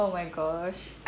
oh my gosh